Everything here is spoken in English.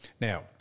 Now